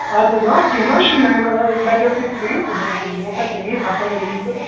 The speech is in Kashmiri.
اَدٕ حظ آ کیٚنٛہہ نہَ حظ چھُنہٕ نَیہِ لَگٮ۪و تۄہہِ پھیٖرۍ تہٕ بہٕ دِمو تۄہہِ تَمہِ وِز اَصٕل ریٖزنیٚبل